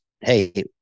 Hey